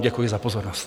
Děkuji za pozornost.